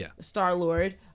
Star-Lord